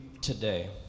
today